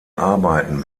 arbeiten